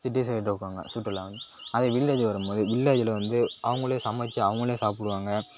city side இருக்கவங்க சுற்றுலா அதே வில்லேஜ் வரும்போது வில்லேஜில் வந்து அவங்களே சமைச்சி அவங்களே சாப்புடுவாங்க